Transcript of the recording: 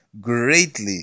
greatly